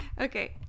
Okay